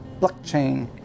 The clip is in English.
blockchain